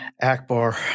Akbar